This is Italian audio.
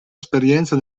esperienza